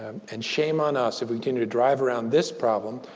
and shame on us if we tend to drive around this problem,